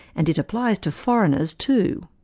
and it applies to foreigners, too.